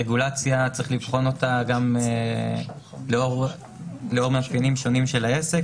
רגולציה גם לאור מאפיינים שונים של העסק.